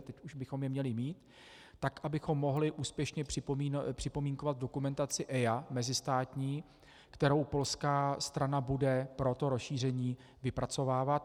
Teď už bychom je měli mít, abychom mohli úspěšně připomínkovat dokumentaci EIA mezistátní, kterou polská strana bude pro rozšíření vypracovávat.